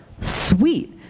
sweet